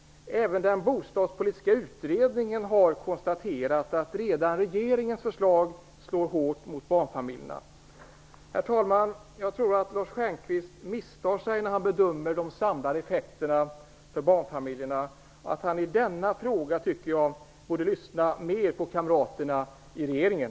Även den bostadspolitiska utredningen har konstaterat att redan regeringens förslag slår hårt mot barnfamiljerna. Herr talman! Jag tror att Lars Stjernkvist misstar sig när han bedömer de samlade effekterna för barnfamiljerna och tycker att han i denna fråga borde lyssna mer på kamraterna i regeringen.